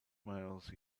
miles